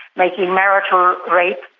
making marital rape